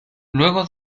luego